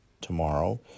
tomorrow